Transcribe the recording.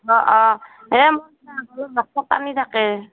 অঁ অঁ এই মই থাকে